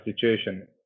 situation